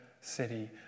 city